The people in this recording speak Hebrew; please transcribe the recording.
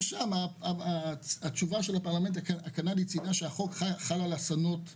גם התשובה של הפרלמנט הקנדי ציינה שהחוק חל על אסונות טבע.